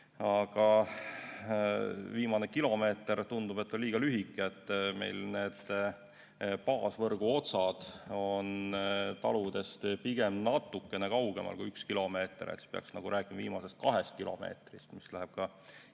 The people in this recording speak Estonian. Aga "viimane kilomeeter", tundub, on liiga lühike. Meil need baasvõrgu otsad on taludest pigem natukene kaugemal kui üks kilomeeter, siis peaks rääkima viimasest kahest kilomeetrist, mis läheb jälle